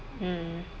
mm